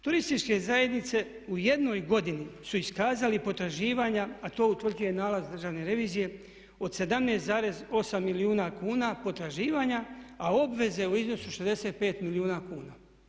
Turističke zajednice u jednoj godini su iskazali potraživanja a to utvrđuje nalaz državne revizije od 17,8 milijuna kuna potraživanja a obveze u iznosu 65 milijuna kuna.